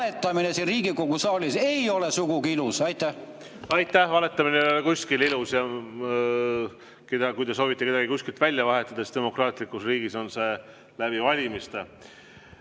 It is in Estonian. valetamine siin Riigikogu saalis ei ole sugugi ilus? Aitäh! Valetamine ei ole kuskil ilus. Kui te soovite kedagi kuskil välja vahetada, siis demokraatlikus riigis on see [võimalik]